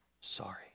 sorry